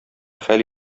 хәл